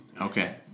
Okay